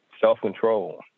Self-control